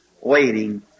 waiting